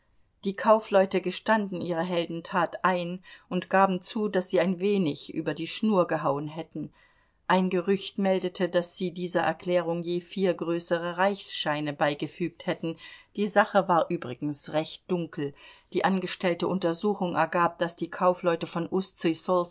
die kaufleute gestanden ihre heldentat ein und gaben zu daß sie ein wenig über die schnur gehauen hätten ein gerücht meldete daß sie dieser erklärung je vier größere reichsscheine beigefügt hätten die sache war übrigens recht dunkel die angestellte untersuchung ergab daß die kaufleute von